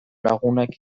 lagunak